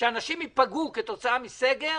שאנשים ייפגעו כתוצאה מסגר.